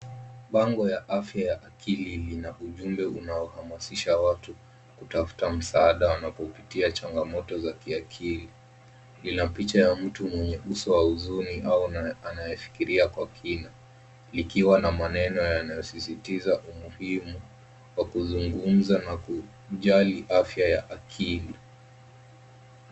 mpango ya afya ya akili ina ujumbe unaohamasisisha Watkutiffa Msaada wanapopitia janga moto za kiakili .Ina picha ya mtu mwanya huzuni au anaye fikiria kuwa kina ikiwa na maneno yanayosisitiza umuhimu Wa kuzungumza na kujali afya ya akili.